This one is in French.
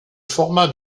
format